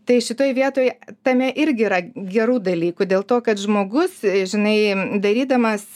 tai šitoj vietoj tame irgi yra gerų dalykų dėl to kad žmogus žinai darydamas